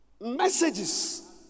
messages